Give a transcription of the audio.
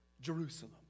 Jerusalem